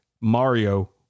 Mario